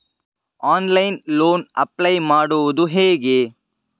Online loan apply ಮಾಡುವುದು ಹೇಗೆ?